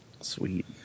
Sweet